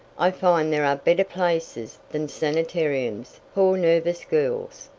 i find there are better places than sanitariums for nervous girls.